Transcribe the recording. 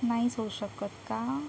नाहीच होऊ शकत का